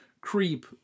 creep